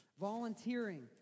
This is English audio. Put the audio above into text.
volunteering